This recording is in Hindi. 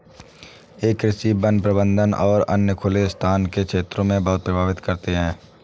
ये कृषि, वन प्रबंधन और अन्य खुले स्थान के क्षेत्रों को बहुत प्रभावित करते हैं